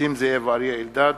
נסים זאב ואריה אלדד.